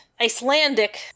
Icelandic